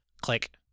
click